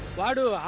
why did